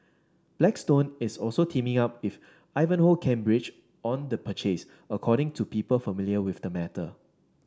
blackstone is also teaming up with Ivanhoe Cambridge on the purchase according to people familiar with the matter